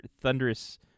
thunderous